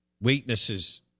weaknesses